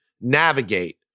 navigate